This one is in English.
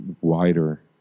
wider